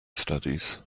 studies